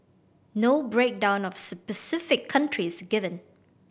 no breakdown of specific countries given